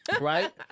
Right